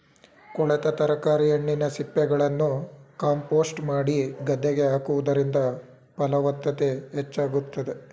ಕೊಳೆತ ತರಕಾರಿ, ಹಣ್ಣಿನ ಸಿಪ್ಪೆಗಳನ್ನು ಕಾಂಪೋಸ್ಟ್ ಮಾಡಿ ಗದ್ದೆಗೆ ಹಾಕುವುದರಿಂದ ಫಲವತ್ತತೆ ಹೆಚ್ಚಾಗುತ್ತದೆ